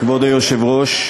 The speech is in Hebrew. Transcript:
כבוד היושב-ראש,